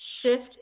shift